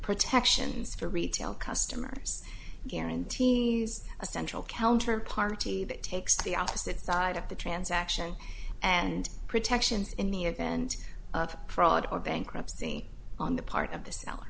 protections for retail customers guaranteeing essential counterparty that takes the opposite side of the transaction and protections in the event of fraud or bankruptcy on the part of the s